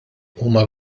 huma